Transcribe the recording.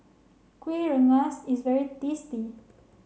Kueh Rengas is very tasty